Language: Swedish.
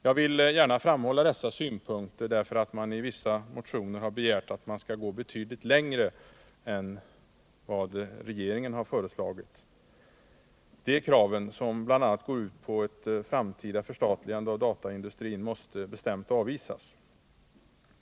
Jag vill gärna framhålla dessa synpunkter därför att det i vissa motioner har begärts att man skall gå betydligt längre än vad regeringen föreslagit. De kraven — som bl.a. går ut på ett framtida förstatligande av dataindustrin — måste bestämt avvisas.